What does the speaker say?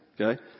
okay